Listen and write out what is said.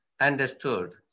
understood